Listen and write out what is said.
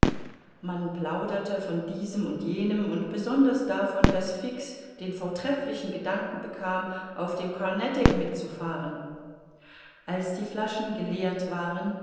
man plauderte von diesem und jenem und besonders davon daß fix den vortrefflichen gedanken bekam auf dem carnatic mitzufahren als die flaschen geleert waren